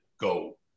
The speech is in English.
go